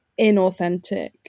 inauthentic